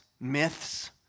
myths